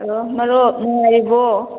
hello ꯃꯔꯨꯞ ꯅꯨꯉꯥꯏꯔꯤꯕꯣ